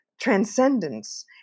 transcendence